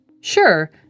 Sure